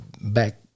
back